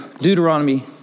Deuteronomy